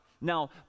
Now